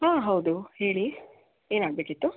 ಹಾಂ ಹೌದು ಹೇಳಿ ಏನಾಗಬೇಕಿತ್ತು